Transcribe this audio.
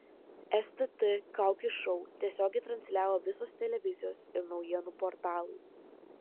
stt kaukių šou tiesiogiai transliavo visos televizijos ir naujienų portalai